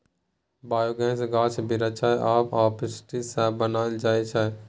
biogas गाछ बिरीछ आ अपशिष्ट सँ बनाएल जाइ छै